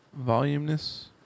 Voluminous